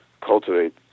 cultivate